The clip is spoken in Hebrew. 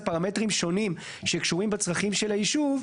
פרמטרים שונים שקשורים בצרכים של היישוב.